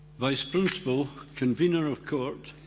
vice principal, convener of court,